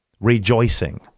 rejoicing